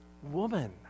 Woman